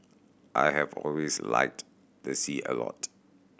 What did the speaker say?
I have always liked the sea a lot